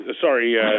Sorry